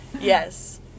Yes